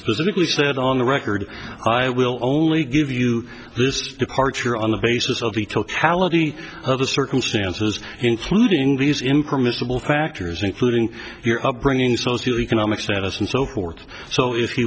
specifically said on the record i will only give you this departure on the basis of the totality of the circumstances including the use impermissible factors including your upbringing socio economic status and so forth so if he